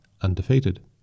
undefeated